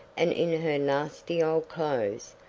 and in her nasty old clothes,